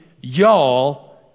y'all